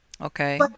Okay